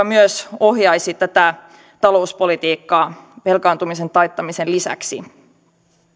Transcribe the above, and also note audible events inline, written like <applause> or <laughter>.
<unintelligible> myös ohjaisivat tätä talouspolitiikkaa velkaantumisen taittamisen lisäksi